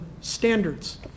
standards